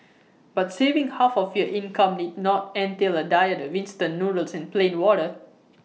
but saving half of your income need not entail A diet of instant noodles and plain water